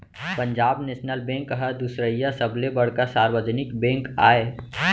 Punjab national bank ह दुसरइया सबले बड़का सार्वजनिक बेंक आय